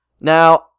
Now